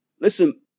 listen